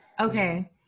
Okay